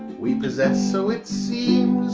we possess, so it seems,